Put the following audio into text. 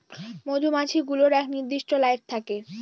মধুমাছি গুলোর এক নির্দিষ্ট লাইফ থাকে